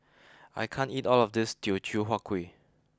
I can't eat all of this Teochew Huat Kueh